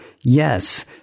yes